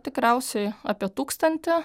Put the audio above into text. tikriausiai apie tūkstantį